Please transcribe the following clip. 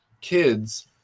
kids